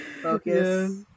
focus